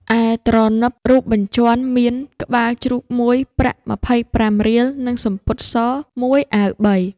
ឯទ្រនឹបរូបបញ្ជាន់មាន ក្បាលជ្រូក ១ ប្រាក់ ២៥រៀល និងសំពត់ស ១អាវ3 ។